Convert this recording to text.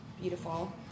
Beautiful